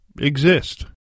exist